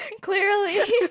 Clearly